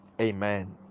Amen